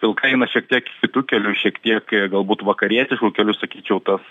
vilkai eina šiek tiek kitu keliu šiek tiek galbūt vakarietišku keliu sakyčiau tas